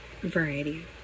variety